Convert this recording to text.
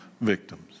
victims